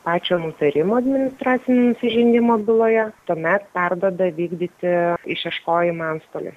pačio nutarimo administracinio nusižengimo byloje tuomet perduoda vykdyti išieškojimą antstoliai